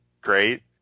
great